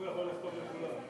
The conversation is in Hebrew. היה באמת נאום מיוחד ויוצא דופן.